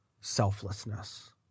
selflessness